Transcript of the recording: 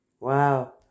Wow